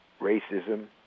racism